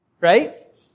right